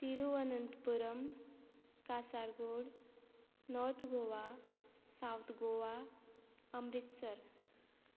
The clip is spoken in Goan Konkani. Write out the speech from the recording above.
Thiruvananthapuram Kasaragod north Goa south Goa Amritsar